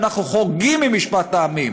ואנחנו חורגים ממשפט העמים.